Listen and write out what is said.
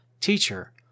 Teacher